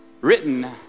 Written